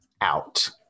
out